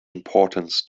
importance